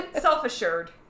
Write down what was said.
self-assured